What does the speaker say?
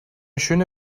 schöne